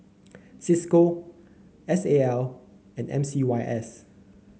Cisco S A L and M C Y S